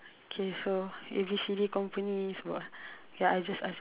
okay so A B C D company ya I just ask first